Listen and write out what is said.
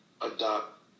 adopt